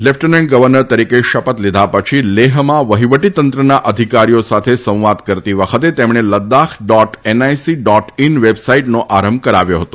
lieutenant governor તરીકે શપથ લીધા પછી લેહમાં વહિવટીતંત્રના અધિકારીઓ સાથે સંવાદ કરતી વખતે તેમણે Ladakh dot NIC dot in વેબસાઈટનો આરંભ કરાવ્યો હતો